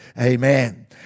Amen